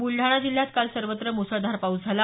बुलडाणा जिल्ह्यात काल सर्वत्र मुसळधार पाऊस झाला